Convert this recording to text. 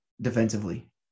defensively